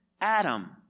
Adam